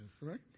right